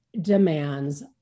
demands